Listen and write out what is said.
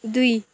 दुई